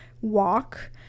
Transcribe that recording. walk